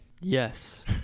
Yes